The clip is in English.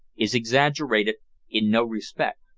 is exaggerated in no respect.